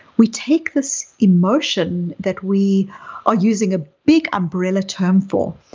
we take this emotion that we are using a big umbrella term for,